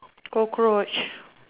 cockroach